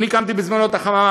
אני הקמתי בזמנו את החממה,